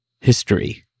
history